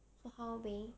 so how babe